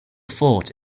fort